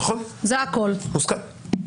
נכון, מוסכם.